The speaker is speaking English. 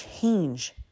change